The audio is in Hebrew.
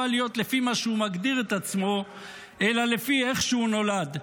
להיות לפי מה שהוא מגדיר את עצמו אלא לפי איך שהוא נולד.